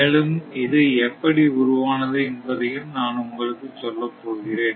மேலும் இது எப்படி உருவானது என்பதையும் நான் உங்களுக்கு சொல்லப் போகிறேன்